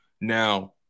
Now